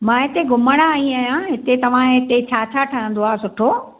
मां हिते घुमणु आई आहियां हिते तव्हां जे हिते छा छा ठहंदो आहे सुठो